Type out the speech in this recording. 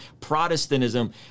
Protestantism